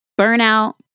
burnout